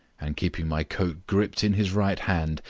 and keeping my coat gripped in his right hand,